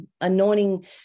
anointing